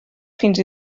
fins